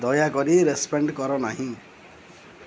ଦୟାକରି ରେସ୍ପଣ୍ଡ୍ କର ନାହିଁ